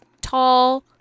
tall